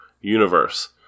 universe